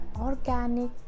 organic